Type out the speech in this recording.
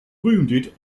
wounded